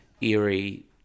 eerie